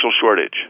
shortage